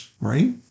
right